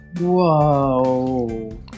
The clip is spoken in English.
Whoa